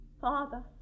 Father